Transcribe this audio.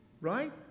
Right